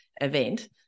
event